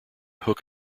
hook